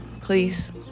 please